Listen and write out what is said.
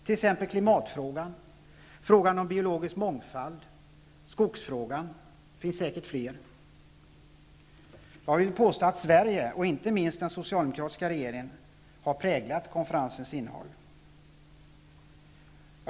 Ett exempel är klimatfrågan, andra är frågan om biologisk mångfald och skogsfrågan. Det finns säkert fler. Jag vill påstå att Sverige -- och inte minst den socialdemokratiska regeringen -- har präglat konferensens innehåll.